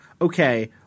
okay